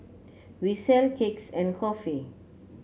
we sell cakes and coffee